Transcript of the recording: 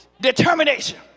Determination